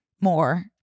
more